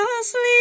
asleep